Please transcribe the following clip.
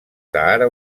sàhara